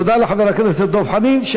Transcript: תודה לחבר הכנסת דב חנין.